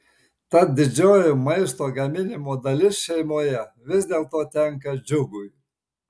tad didžioji maisto gaminimo dalis šeimoje vis dėlto tenka džiugui